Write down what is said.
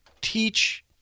teach